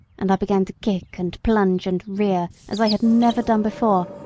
and i began to kick, and plunge, and rear as i had never done before,